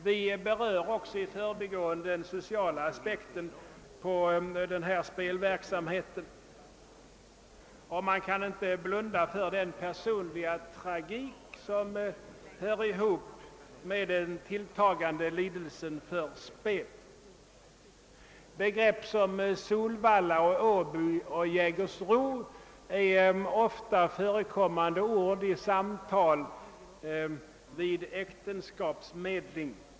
Vi berör också i förbigående den sociala aspekten på den här spelverksamheten, ty man kan inte blunda för den personliga tragik som hör ihop med den tilltagande lidelsen för spel. Begrepp som Solvalla, Åby och Jägersro återkommer ofta i samtal vid äktenskapsmedling.